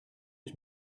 was